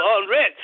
unread